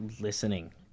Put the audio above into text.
listening